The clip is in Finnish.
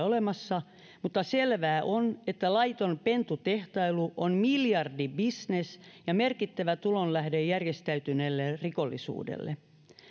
olemassa mutta selvää on että laiton pentutehtailu on miljardibisnes ja merkittävä tulonlähde järjestäytyneelle rikollisuudelle